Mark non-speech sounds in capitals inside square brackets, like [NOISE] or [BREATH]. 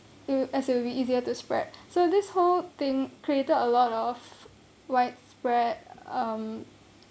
it will as it will be easier to spread [BREATH] so this whole thing created a lot of widespread um